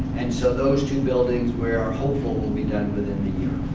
and so those two buildings we are hopeful will be done within the year.